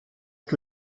que